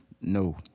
No